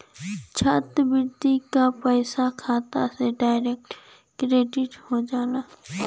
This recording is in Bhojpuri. छात्रवृत्ति क पइसा खाता में डायरेक्ट क्रेडिट हो जाला